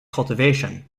cultivation